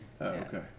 Okay